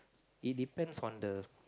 it depends on the